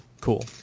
Cool